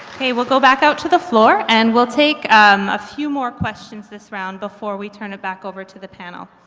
we'll go back out to the floor and we'll take and a few more questions this round before we turn it back over to the panel.